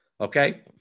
okay